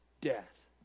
death